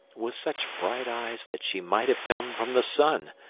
with such bright eyes that she might have come from the sun,